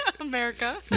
America